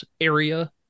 area